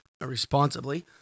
responsibly